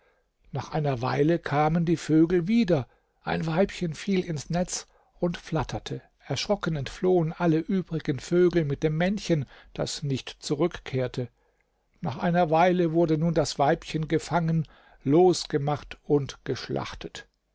nach einer weile kamen die vögel wieder ein weibchen fiel ins netz und flatterte erschrocken entflohen alle übrigen vögel mit dem männchen das nicht zurückkehrte nach einer weile wurde nun das weibchen gefangen losgemacht und geschlachtet